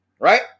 right